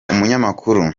umunyamakuru